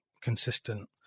consistent